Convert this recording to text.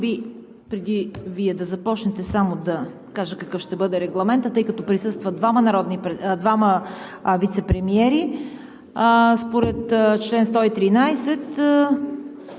Преди Вие да започнете, може би да кажа какъв ще бъде регламентът, тъй като присъстват двама вицепремиери. Според чл. 113